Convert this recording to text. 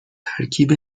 ترکیب